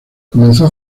comenzó